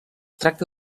tracta